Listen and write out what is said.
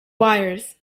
wires